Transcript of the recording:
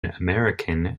american